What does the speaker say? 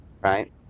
right